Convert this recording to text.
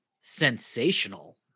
sensational